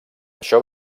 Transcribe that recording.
això